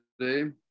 today